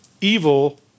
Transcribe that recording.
evil